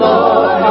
Lord